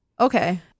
Okay